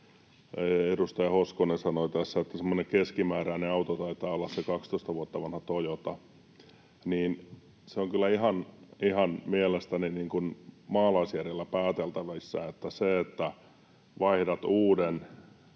edustaja Hoskonen sanoi tässä, että semmoinen keskimääräinen auto taitaa olla se 12 vuotta vanha Toyota — niin se on kyllä mielestäni ihan maalaisjärjellä pääteltävissä, että jos vaihdat sen